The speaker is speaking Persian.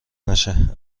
نشه